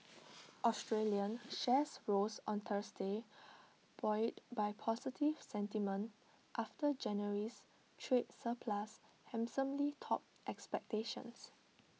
Australian shares rose on Thursday buoyed by positive sentiment after January's trade surplus handsomely topped expectations